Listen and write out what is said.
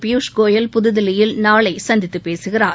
பியூஷ் கோயல் புதுதில்லியில் நாளை சந்தித்துப் பேசுகிறார்